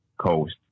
coast